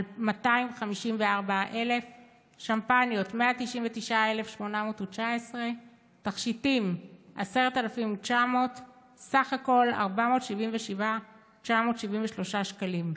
274,254. שמפניות 199,819. תכשיטים 10,900. סך הכול 477,973 שקלים.